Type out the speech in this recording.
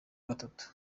gatatu